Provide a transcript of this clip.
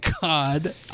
God